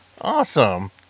Awesome